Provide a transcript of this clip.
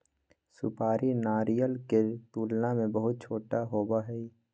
सुपारी नारियल के तुलना में बहुत छोटा होबा हई